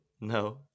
No